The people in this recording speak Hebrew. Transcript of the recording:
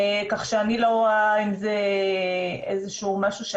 כך שאני לא רואה עם זה איזשהו משהו,